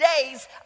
days